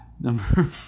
Number